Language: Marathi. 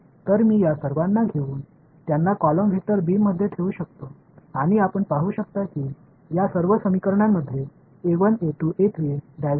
तर मी या सर्वांना घेवून त्यांना कॉलम वेक्टर b मध्ये ठेवू शकतो आणि आपण पाहू शकता की या सर्व समीकरणामध्ये a1 a2 a3